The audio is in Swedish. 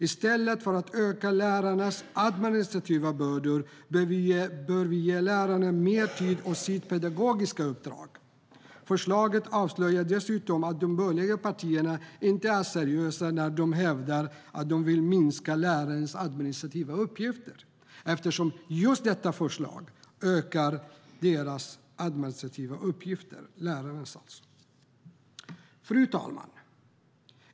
I stället för att öka lärarnas administrativa bördor bör vi ge lärarna mer tid till sitt pedagogiska uppdrag. Förslaget avslöjar dessutom att de borgerliga partierna inte är seriösa när de hävdar att de vill minska lärarnas administrativa uppgifter, eftersom detta förslag just ökar dessa. Fru talman!